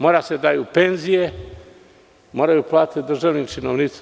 Mora da se daju penzije, moraju plate državnim činovnicima.